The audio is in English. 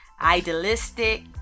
idealistic